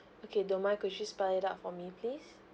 okay don't mind could you spell it out for me please